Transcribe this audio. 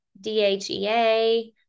DHEA